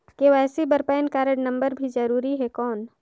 KYC बर PAN card number भी जरूरी हे कौन?